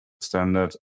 standard